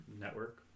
network